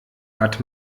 hat